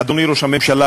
אדוני ראש הממשלה,